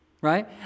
Right